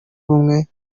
ubumwe